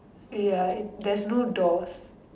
ya there's no doors